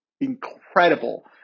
incredible